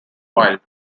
wild